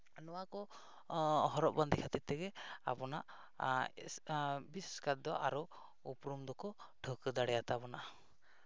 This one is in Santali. ᱱᱚᱣᱟ ᱠᱚ ᱦᱚᱨᱚᱜ ᱵᱟᱸᱫᱮ ᱠᱷᱟᱹᱛᱤᱨ ᱛᱮᱜᱮ ᱟᱵᱚᱱᱟᱜ ᱵᱤᱥᱮᱥ ᱠᱟᱨᱫᱚ ᱟᱨᱚ ᱩᱯᱨᱩᱢ ᱫᱚᱠᱚ ᱴᱷᱟᱹᱣᱠᱟᱹ ᱫᱟᱲᱮᱭᱟᱛᱟᱵᱚᱱᱟ